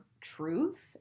truth